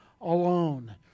alone